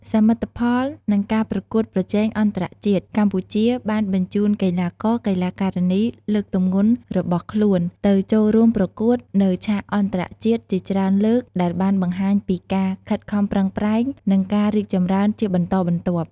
សមិទ្ធផល និងការប្រកួតប្រជែងអន្តរជាតិ កម្ពុជាបានបញ្ជូនកីឡាករ-កីឡាការិនីលើកទម្ងន់របស់ខ្លួនទៅចូលរួមប្រកួតនៅឆាកអន្តរជាតិជាច្រើនលើក ដែលបានបង្ហាញពីការខិតខំប្រឹងប្រែង និងការរីកចម្រើនជាបន្តបន្ទាប់។